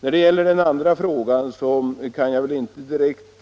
När det gäller den andra frågan kan jag av svaret